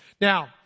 Now